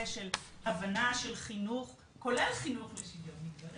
של הבנה של חינוך כולל חינוך לשוויון מגדרי,